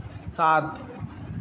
ساتھ